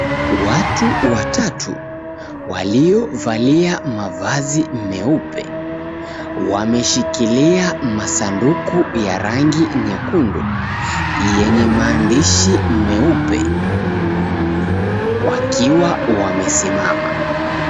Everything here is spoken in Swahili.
Watu watatu waliovalia mavazi meupe wameshikilia masanduku ya rangi nyekundu yenye maandishi meupe wakiwa wamesimama.